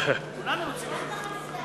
כולנו רוצים.